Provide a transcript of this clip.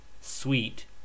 Sweet